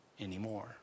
anymore